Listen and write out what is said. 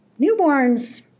newborns